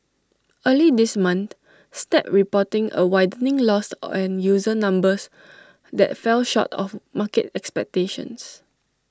early this month snap reporting A widening loss and user numbers that fell short of market expectations